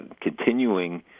continuing